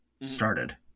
started